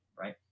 Right